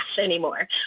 anymore